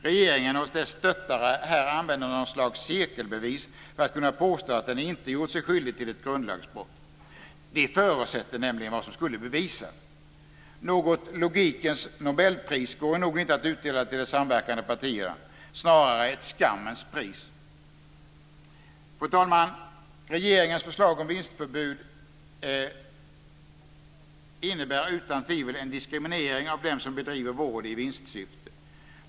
Regeringen och dess stöttare använder här något slags cirkelbevis för att kunna påstå att man inte gjort sig skyldig till ett grundlagsbrott. De förutsätter nämligen vad som skulle bevisas. Något logikens nobelpris går nog inte att utdela till de samverkande partierna. Snarare ett skammens pris. Fru talman! Regeringens förslag om vinstförbud innebär utan tvivel en diskriminering av dem som bedriver vård i vinstsyfte.